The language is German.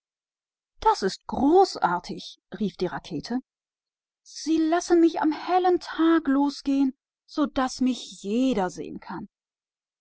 das ist herrlich rief die rakete sie lassen mich bei hellem tageslicht aufsteigen damit mich jeder sehen kann